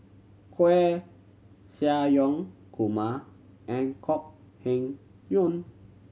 Koeh Sia Yong Kumar and Kok Heng Leun